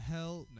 hell